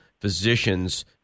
physicians